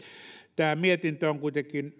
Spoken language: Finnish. tämä mietintö on kuitenkin